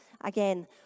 again